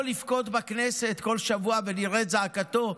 לבכות בכנסת בכל שבוע ונראה את זעקתו?